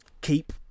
keep